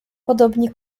podobnie